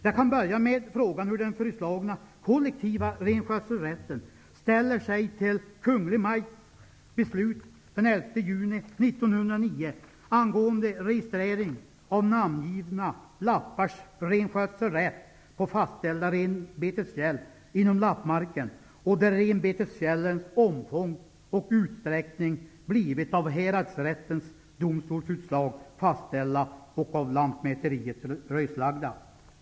Jag kan börja med frågan hur den nu föreslagna kollektiva renskötselrätten ställer sig till på fastställda ''renbetesfjäll'' inom Lappmarken, där renbetesfjällens omfång och utsträckning blivit av Häradsrättens domstolsutslag fastställda och av lantmäteriet röslagda.